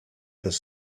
this